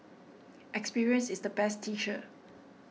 experience is the best teacher